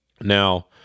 Now